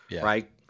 Right